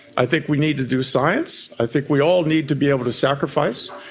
i think we need to do science, i think we all need to be able to sacrifice,